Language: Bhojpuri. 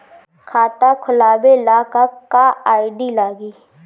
खाता खोलाबे ला का का आइडी लागी?